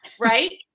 Right